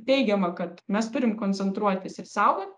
teigiama kad mes turim koncentruotis ir saugot